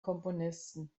komponisten